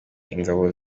ingabo